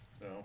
No